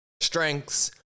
Strengths